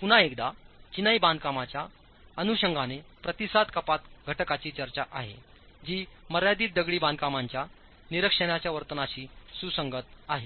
पुन्हा एकदा चिनाईबांधकामाच्या बांधकामाच्याअनुषंगाने प्रतिसाद कपातघटकाची चर्चा आहेजी मर्यादित दगडी बांधकामांच्या निरीक्षणाच्या वर्तनाशी सुसंगत आहे